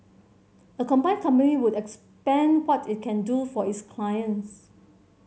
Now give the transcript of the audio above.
a combined company would expand what it can do for its clients